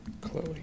Chloe